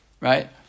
Right